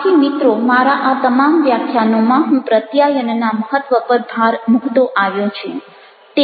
આથી મિત્રો મારા આ તમામ વ્યાખ્યાનોમાં હું પ્રત્યાયનના મહત્ત્વ પર ભાર મૂકતો આવ્યો છું